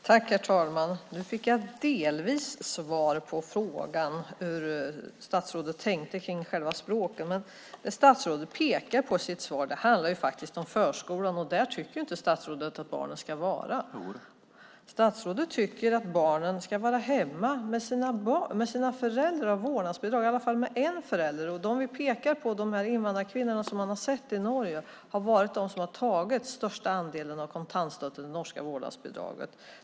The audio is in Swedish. Herr talman! Nu fick jag delvis svar på frågan om hur statsrådet tänkte kring själva språken. Men det statsrådet pekar på i sitt svar handlar faktiskt om förskolan, och där tycker statsrådet inte att barnen ska vara. Statsrådet tycker att barnen ska vara hemma med sina föräldrar som har vårdnadsbidrag, i alla fall med en förälder. De vi pekar på, de invandrarkvinnor som man har sett i Norge, har varit de som har tagit största andelen av kontantstøtten , det norska vårdnadsbidraget.